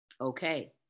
Okay